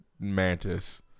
Mantis